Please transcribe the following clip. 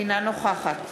אינה נוכחת